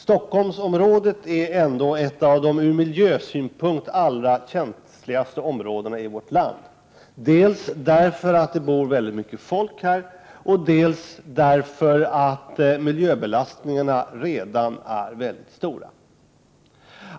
Stockholmsområdet är ändå ett av de ur miljösynpunkt allra känsligaste områdena i vårt land, dels därför att det bor väldigt mycket folk här, dels därför att miljöbelastningen redan är så stor.